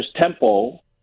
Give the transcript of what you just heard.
temple